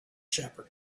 shepherd